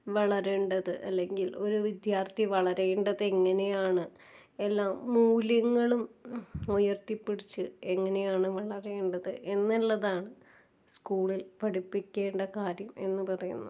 വളരേണ്ടത് അല്ലെങ്കില് ഒരു വിദ്യാർത്ഥി വളരേണ്ടത് എങ്ങനെയാണ് എല്ലാം മൂല്യങ്ങളും ഉയർത്തിപ്പിടിച്ച് എങ്ങനെയാണ് വളരേണ്ടത് എന്നുള്ളതാണ് സ്കൂളില് പഠിപ്പിക്കേണ്ട കാര്യം എന്ന് പറയുന്നത്